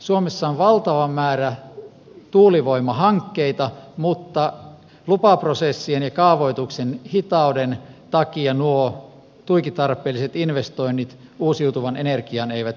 suomessa on valtava määrä tuulivoimahankkeita mutta lupaprosessien ja kaavoituksen hitauden takia nuo tuiki tarpeelliset investoinnit uusiutuvaan energiaan eivät etene